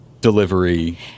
delivery